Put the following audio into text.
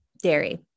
dairy